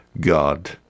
God